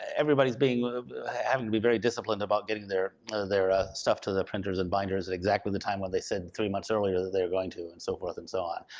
everybody's being, having to be very disciplined about getting their their ah stuff to the printers and binders and exactly the time when they said three months earlier that they were going to and so forth and so on.